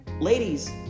Ladies